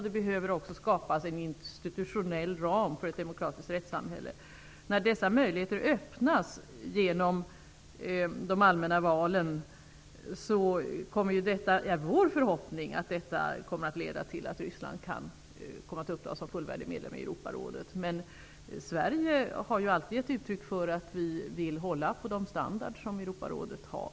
Det behöver också skapas en institutionell ram för ett demokratiskt rättssamhälle. När dessa möjligheter öppnas genom de allmänna valen är det vår förhoppning att detta kommer att leda till att Ryssland kan komma att upptas som fullvärdig medlem i Europarådet. Sverige har alltid gett uttryck för att vi vill hålla på den standard som Europarådet har.